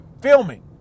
filming